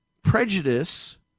prejudice